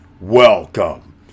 welcome